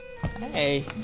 Hey